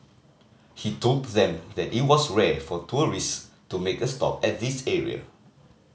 he told them that it was rare for tourist to make a stop at this area